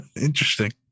Interesting